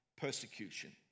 persecution